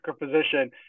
position